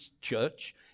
church